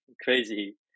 Crazy